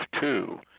two